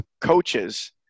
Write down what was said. coaches